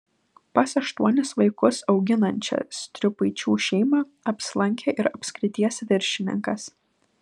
pas aštuonis vaikus auginančią striupaičių šeimą apsilankė ir apskrities viršininkas